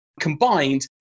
combined